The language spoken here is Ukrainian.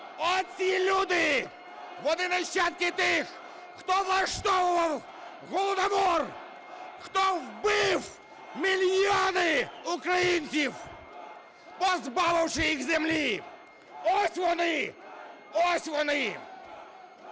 Оці люди, вони нащадки тих, хто влаштовував голодомор, хто вбив мільйони українців, позбавивши їх землі. Ось вони! Ось вони